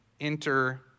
enter